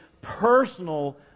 personal